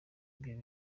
ibyo